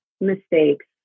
mistakes